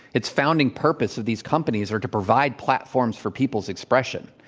its founding purpose of these companies are to provide platforms for people's expression.